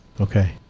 Okay